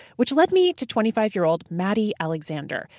which led me to twenty five year old madi alexander.